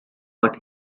but